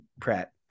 Pratt